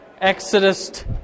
Exodus